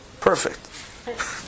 perfect